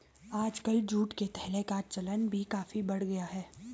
आजकल जूट के थैलों का चलन भी काफी बढ़ गया है